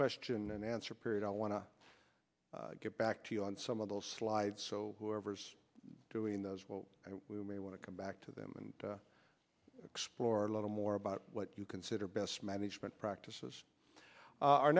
question and answer period i want to get back to you on some of those slides so whoever's doing those will we may want to come back to them and explore a little more about what you consider best management practices